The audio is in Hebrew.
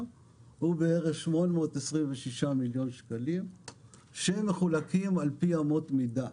הוא בערך 826 מיליון שקלים שמחולקים על פי אמות מידה.